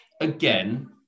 again